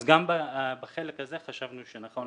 אז גם בחלק הזה חשבנו שנכון